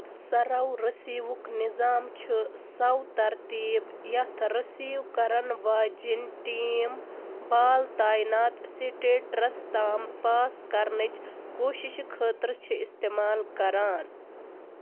سَرَو رَسیٖوُک نظام چھُ سۄ ترتیٖب یَتھ رَسیٖو کرن واجیٚنۍ ٹیٖم بال تاینات سِٹیٹرَس تام پاس کرنٕچ کوٗششہٕ خٲطرٕ چھِ استعمال کران